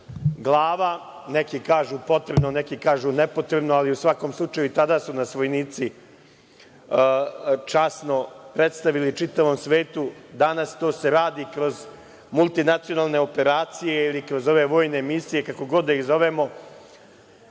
glava, neki kažu potrebno, neki kažu nepotrebno, ali u svakom slučaju i tada su nas vojnici časno predstavili čitavom svetu. Danas to se radi kroz multinacionalne operacije ili kroz ove vojne misije, kako god da ih zovemo. Znam